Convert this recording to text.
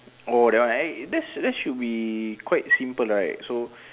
oh that one right that that's should be quite simple right so